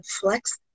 flex